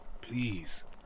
please